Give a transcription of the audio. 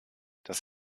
das